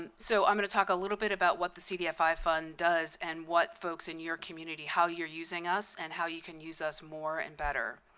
um so i'm going to talk a little bit about what the cdfi fund does and what folks in your community how you're using us and how you can use us more and better.